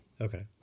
Okay